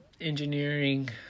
engineering